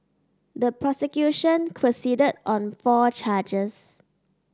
the prosecution proceeded on four charges